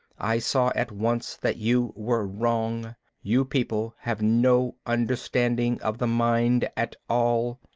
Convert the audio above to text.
i saw at once that you were wrong you people have no understanding of the mind at all.